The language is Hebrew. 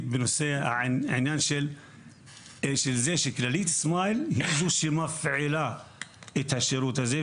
בנושא העניין של זה שכללית סמייל היא זו שמפעילה את השירות הזה,